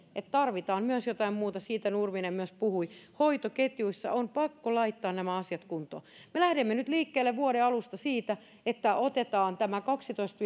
että tarvitaan myös jotain muuta ja siitä myös nurminen puhui hoitoketjuissa on pakko laittaa nämä asiat kuntoon me lähdemme nyt liikkeelle vuoden alusta siitä että otetaan tämä kaksitoista